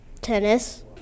Tennis